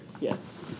yes